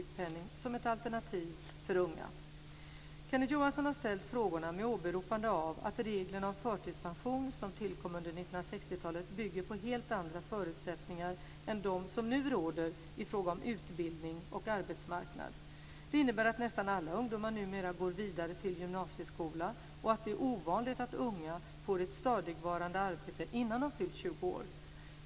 Kenneth Johansson har ställt frågorna med åberopande av att reglerna om förtidspension som tillkom under 1960-talet bygger på helt andra förutsättningar än de som nu råder i fråga om utbildning och arbetsmarknad. Det innebär att nästan alla ungdomar numera går vidare till gymnasieskolan och att det är ovanligt att unga får ett stadigvarande arbete innan de fyllt 20 år.